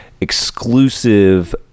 exclusive